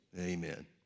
Amen